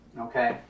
okay